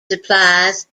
supplies